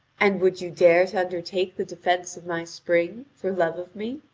and would you dare to undertake the defence of my spring for love of me?